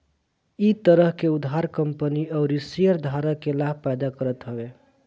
इ तरह के उधार कंपनी अउरी शेयरधारक के लाभ पैदा करत हवे